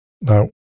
Now